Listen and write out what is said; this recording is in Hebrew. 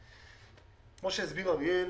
כמו שהסביר אריאל,